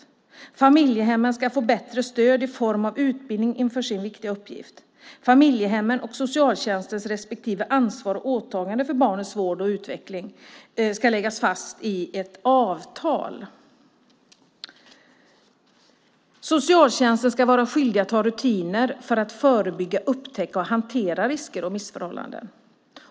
Vidare: "Familjehemmen ska få bättre stöd i form av utbildning inför sin viktiga uppgift. Familjehemmets och socialtjänstens respektive ansvar och åtagande för barnets vård och utveckling ska läggas fast i avtal." Vidare: "Socialtjänsten ska vara skyldig att ha rutiner för att förebygga, upptäcka och hantera risker och missförhållanden."